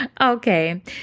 Okay